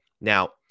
Now